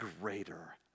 greater